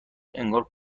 انگار